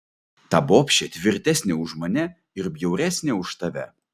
ta bobšė tvirtesnė už mane ir bjauresnė už tave